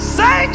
say